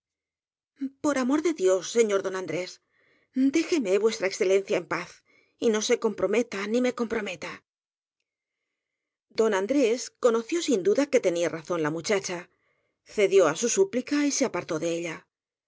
por amor de dios señor don andrés déjeme v e en paz y no se comprometa ni me compro meta don andrés conoció sin duda que tenía razón la muchacha cedió ásu súplica y se apartó de ella